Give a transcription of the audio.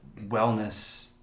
wellness